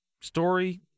story